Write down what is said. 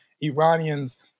Iranians